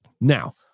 Now